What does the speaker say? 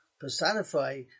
personify